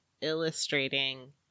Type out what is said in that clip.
illustrating